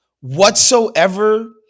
whatsoever